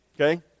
okay